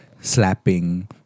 Slapping